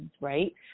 right